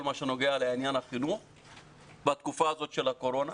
מה שנוגע לעניין החינוך בתקופה הזאת של הקורונה.